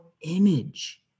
image